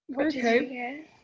Okay